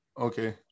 okay